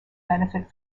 benefit